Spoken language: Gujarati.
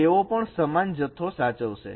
તેઓ પણ સમાન જથ્થો સાચવશે